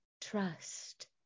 trust